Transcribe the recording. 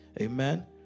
Amen